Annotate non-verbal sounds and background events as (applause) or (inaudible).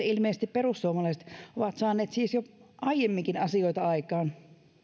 (unintelligible) ilmeisesti perussuomalaiset ovat saaneet siis jo aiemminkin asioita aikaan